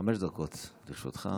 חמש דקות לרשותך.